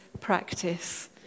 practice